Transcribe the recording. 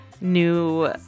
new